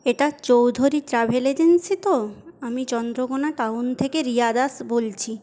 এটা Chowdhury travel agency তো আমি চন্দ্রকোনা টাউন থেকে রিয়া দাস বলছি